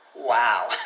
Wow